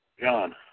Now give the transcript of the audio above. John